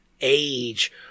age